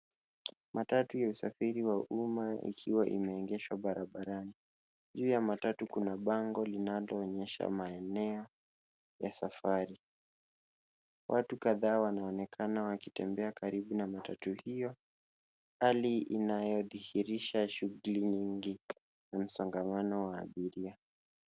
Matatu ya usafiri wa umma ikiwa imeegeshwa barabarani. Juu ya matatu kuna bango linaloonyesha maeneo ya safari. Watu kadhaa wanaonekana wakitembea karibu na matatu hio hali inayodhihirisha shughuli nyingi na msongamano wa abiria.